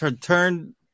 turn